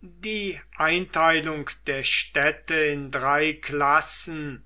die einteilung der städte in drei klassen